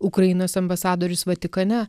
ukrainos ambasadorius vatikane